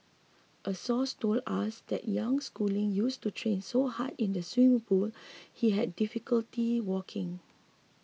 a source told us that young Schooling used to train so hard in the swimming pool he had difficulty walking